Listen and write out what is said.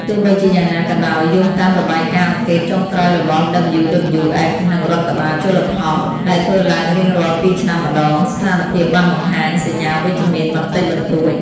ទោះបីជាយ៉ាងណាក៏ដោយ យោងតាមរបាយការណ៍អង្កេតចុងក្រោយរបស់ WWF និងរដ្ឋបាលជលផល ដែលធ្វើឡើងរៀងរាល់ពីរឆ្នាំម្តង ស្ថានភាពបានបង្ហាញសញ្ញាវិជ្ជមានបន្តិចបន្តួច។